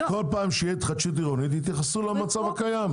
כל פעם שתהיה התחדשות עירונית יתייחסו למצב הקיים.